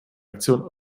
aktion